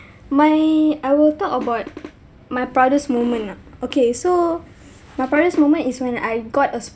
my I will talk about my proudest moment nah okay so my proudest moment is when I got a